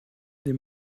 des